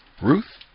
Ruth